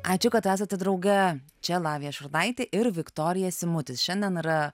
ačiū kad esate drauge čia lavija šurnaitė ir viktorija simutis šiandien yra